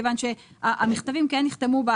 כיוון שהמכתבים כן נחתמו,